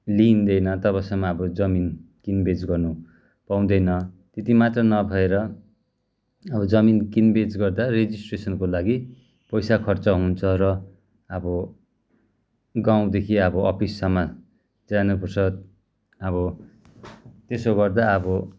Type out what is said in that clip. लिइँदैन तबसम्म अब जमिन किनबेच गर्नु पाउँदैन त्यति मात्र नभएर अब जमिन किनबेच गर्दा रेजिस्ट्रेसनको लागि पैसा खर्च हुन्छ र अब गाउँदेखि अब अफिससम्म जानुपर्छ अब त्यसो गर्दा अब